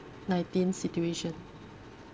nineteen situation